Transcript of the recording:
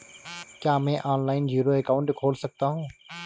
क्या मैं online zero account खोल सकता हूँ?